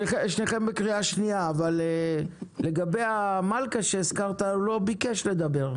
אבל לגבי המלכא שהזכרת הוא לא ביקש לדבר.